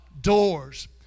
Doors